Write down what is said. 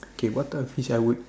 okay what type of fish I would